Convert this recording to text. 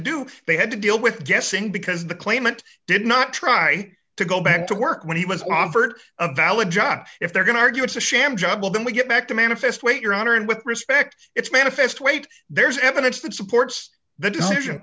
do they had to deal with guessing because the claimant did not try to go back to work when he was offered a valid job if they're going to argue it's a sham job well then we get back to manifest weight your honor and with respect it's manifest weight there's evidence that supports the decision